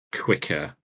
quicker